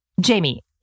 Jamie